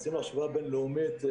עשינו השוואה בין-לאומית,